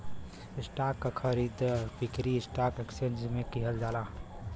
stock क खरीद बिक्री स्टॉक एक्सचेंज में किहल जाला